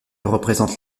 représente